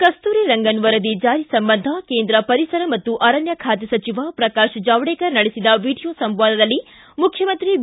ಕಸ್ತೂರಿ ರಂಗನ್ ವರದಿ ಜಾರಿ ಸಂಬಂಧ ಕೇಂದ್ರ ಪರಿಸರ ಮತ್ತು ಅರಣ್ಯ ಖಾತೆ ಸಚಿವ ಪ್ರಕಾಶ ಜಾವಡೆಕರ್ ನಡೆಸಿದ ವಿಡಿಯೋ ಸಂವಾದದಲ್ಲಿ ಮುಖ್ಯಮಂತ್ರಿ ಬಿ